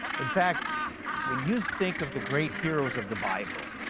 in fact when you think of the great heroes of the bible,